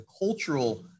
cultural